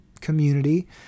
community